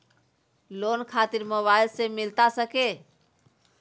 Loan खातिर mobile से मिलता सके?